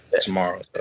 tomorrow